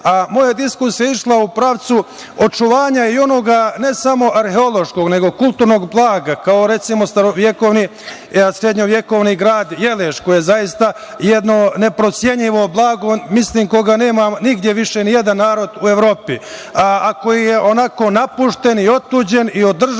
diskusija je išla u pravcu očuvanja i onoga, ne samo arheološkog, nego kulturnog blaga, kao, recimo, srednjevekovni grad Jeleč, koji je zaista neprocenjivo blago, mislim da ga nema više nigde, nijedan narod u Evropi, ako je onako napušten i otuđen i od države